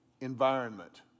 environment